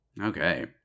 Okay